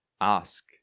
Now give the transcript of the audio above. ask